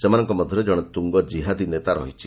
ସେମାନଙ୍କ ମଧ୍ୟରେ ଜଣେ ତ୍ରୁଙ୍ଗ କିହାଦୀ ନେତା ରହିଛି